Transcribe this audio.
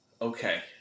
Okay